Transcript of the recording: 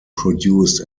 produced